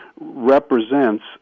represents